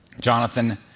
Jonathan